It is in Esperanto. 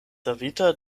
savita